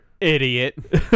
idiot